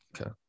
Okay